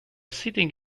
sitting